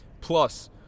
plus